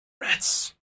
Rats